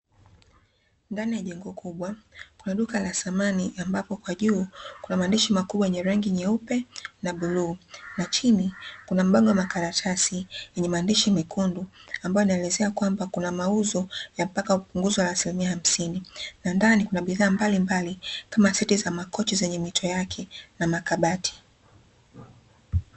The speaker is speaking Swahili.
Ndani ya jengo kubwa kuna duka la samani, ambapo kwa juu kuna maandishi makubwa yenye rangi nyeupe na bluu, na chini kuna mabango ya makaratasi yenye maandishi mekundu, ambayo yanaelezea kwamba, kuna mauzo ya mpaka punguzo la asilimia hamsini, na ndani kuna bidhaa mbalimbali kama: seti za makochi zenye mito yake na makabati.